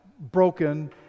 broken